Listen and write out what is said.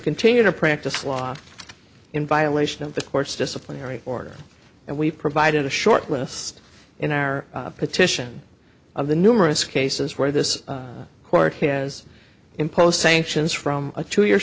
continue to practice law in violation of the court's disciplinary order and we've provided a short list in our petition of the numerous cases where this court has imposed sanctions from a two year